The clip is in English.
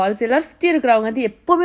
one two three